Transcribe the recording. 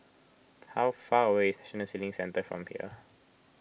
how far away is National Sailing Centre from here